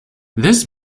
this